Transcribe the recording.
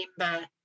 remember